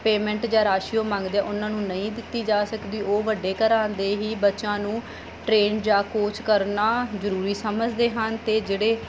payment ਜਾਂ ਰਾਸ਼ੀ ਉਹ ਮੰਗਦੇ ਹੈ ਉਹਨਾਂ ਨੂੰ ਨਹੀਂ ਦਿੱਤੀ ਜਾ ਸਕਦੀ ਉਹ ਵੱਡੇ ਘਰਾਂ ਦੇ ਹੀ ਬੱਚਿਆਂ ਨੂੰ ਟ੍ਰੇਨ ਜਾਂ ਕੋਚ ਕਰਨਾ ਜ਼ਰੂਰੀ ਸਮਝਦੇ ਹਨ ਅਤੇ ਜਿਹੜੇ